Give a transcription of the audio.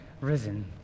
risen